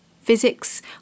Physics